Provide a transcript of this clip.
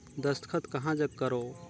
दस्खत कहा जग करो?